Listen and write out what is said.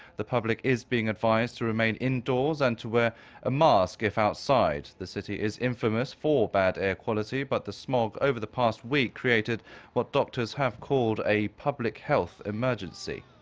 the public is being advised to remain indoors and to wear a mask if outside. the city is infamous for bad air quality, but the smog over the past week created what doctors have called a public health emergency.